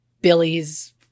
Billy's